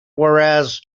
whereas